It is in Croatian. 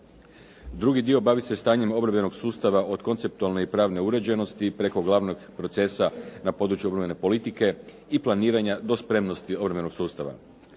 Drugi dio bavi se stanjem obrambenog sustava od konceptualne i pravne uređenosti preko glavnog procesa na području obrambene politike i planiranja do spremnosti obrambenog sustava.